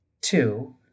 Two